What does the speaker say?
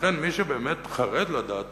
ולכן מי שבאמת חרד לדת